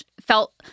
felt